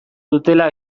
dutela